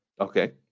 Okay